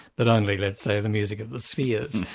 but only, let's say, the music of the spheres,